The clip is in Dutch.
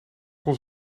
kon